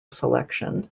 selection